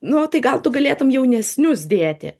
nu tai gal tu galėtum jaunesnius dėti